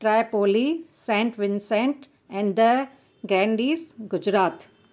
Tripoli Saint Vincent and the Grenadines Gujarat